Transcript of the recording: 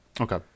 Okay